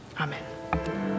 Amen